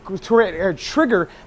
trigger